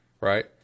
right